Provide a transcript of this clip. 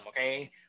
Okay